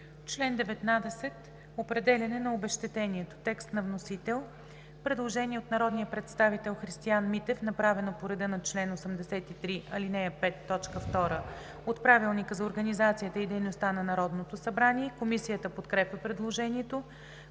„Член 18 – „Обезщетение за вреди“ – текст на вносител. Предложение от народния представител Христиан Митев, направено по реда на чл. 83, ал. 5, т. 2 от Правилника за организацията и дейността на Народното събрание. Комисията подкрепя предложението.